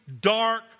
dark